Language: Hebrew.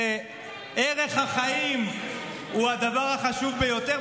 וערך החיים הוא הדבר החשוב ביותר.